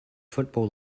football